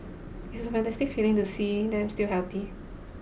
it's a fantastic feeling to see them still healthy